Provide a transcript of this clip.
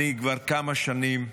כבר כמה שנים,